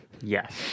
Yes